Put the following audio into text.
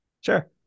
Sure